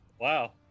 Wow